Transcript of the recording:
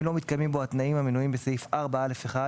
לא מתקיימים בו התנאים המנויים בסעיף 4(א)(1)